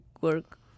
work